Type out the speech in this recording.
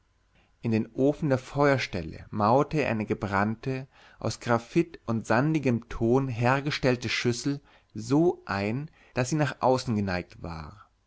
in den boden der feuerstelle mauerte er eine gebrannte aus graphit und sandigem ton hergestellte schüssel so ein daß sie nach außen geneigt war